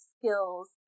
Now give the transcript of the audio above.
skills